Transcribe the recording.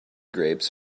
grapes